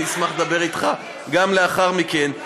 אני אשמח לדבר אתך גם לאחר מכן,